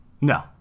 No